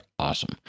Awesome